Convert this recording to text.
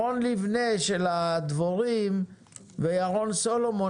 בהגדרה של חקיקת המזון יש תקנים רשמיים וגם צווים